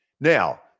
Now